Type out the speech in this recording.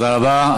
תודה רבה.